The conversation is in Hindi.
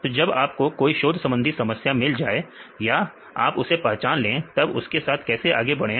तो जब आपको कोई शोध संबंधी समस्या मिल जाए या आप उसे पहचान ले तब उसके साथ कैसे आगे बढ़े